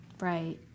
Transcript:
Right